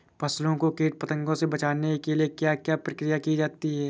फसलों को कीट पतंगों से बचाने के लिए क्या क्या प्रकिर्या की जाती है?